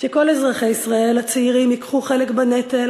שכל אזרחי ישראל הצעירים ייקחו חלק בנטל